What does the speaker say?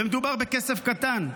ומדובר בכסף קטן.